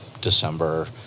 December